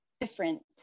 different